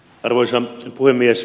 arvoisa puhemies